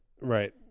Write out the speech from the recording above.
right